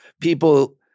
people